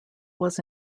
was